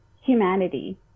Humanity